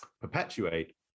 perpetuate